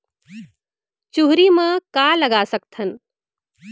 चुहरी म का लगा सकथन?